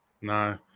No